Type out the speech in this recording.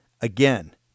Again